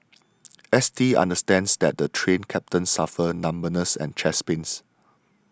S T understands that the Train Captain suffered numbness and chest pains